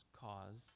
cause